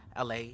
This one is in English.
LA